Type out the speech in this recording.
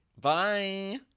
bye